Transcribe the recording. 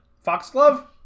Foxglove